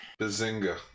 bazinga